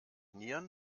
nieren